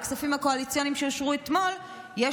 בכספים הקואליציוניים שאושרו אתמול יש